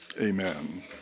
Amen